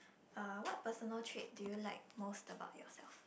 uh what personal trait do you like most about yourself